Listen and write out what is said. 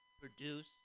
produce